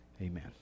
Amen